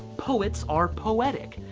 poets are poetic.